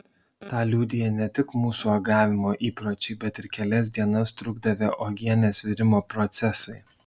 tą liudija ne tik mūsų uogavimo įpročiai bet ir kelias dienas trukdavę uogienės virimo procesai